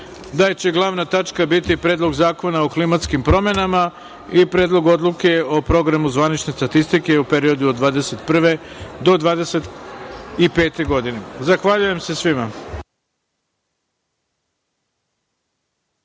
da će glavna tačka biti Predlog zakona o klimatskim promenama i Predlog odluke o Programu zvanične statistike u periodu od 2021. do 2025. godine. Zahvaljujem se svima.